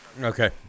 Okay